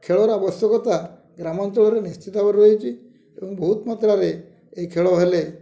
ଖେଳର ଆବଶ୍ୟକତା ଗ୍ରାମାଞ୍ଚଳରେ ନିଶ୍ଚିତ ଭାବରେ ରହିଛି ଏବଂ ବହୁତ ମାତ୍ରାରେ ଏହି ଖେଳ ହେଲେ